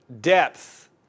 depth